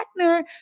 Ackner